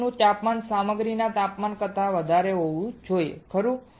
બોટનું તાપમાન સામગ્રીના તાપમાન કરતા વધારે હોવું જોઈએ ખરું